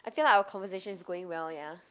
okay lah our conversation is going well ya